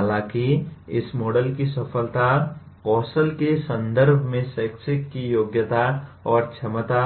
हालांकि इस मॉडल की सफलता कौशल के संदर्भ में शिक्षक की योग्यता और क्षमता